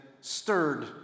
stirred